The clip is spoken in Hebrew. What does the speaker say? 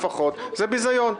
זה ביזיון.